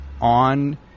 on